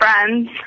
friends